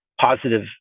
positive